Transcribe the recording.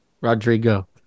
Rodrigo